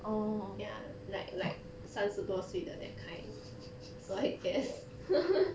ya like like 三十多岁的 that kind so I guess